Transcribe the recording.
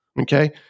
okay